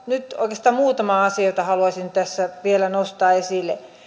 nyt oikeastaan muutama asia jotka haluaisin tässä vielä nostaa esille